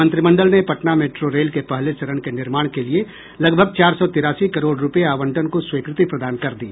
मंत्रिमंडल ने Patna metro rail के पहले चरण के निर्माण के लिए लगभग चार सौ तिरासी करोड़ रुपये आवंटन को स्वीकृति प्रदान कर दी